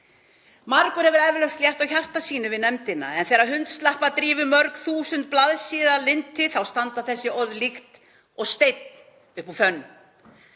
Margur hefur eflaust létt á hjarta sínu við nefndina en þegar hundslappadrífu mörg þúsund blaðsíðna linnir standa þessi orð líkt og steinn upp úr fönn.